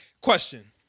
Question